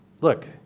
look